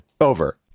over